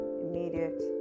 immediate